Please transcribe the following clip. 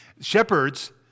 Shepherds